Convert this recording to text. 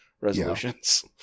resolutions